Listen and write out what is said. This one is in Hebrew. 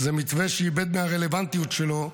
זה מתווה שאיבד מהרלוונטיות שלו,